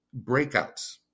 breakouts